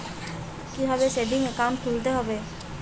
কীভাবে savings account খুলতে হবে?